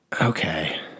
Okay